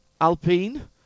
Alpine